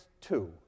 Two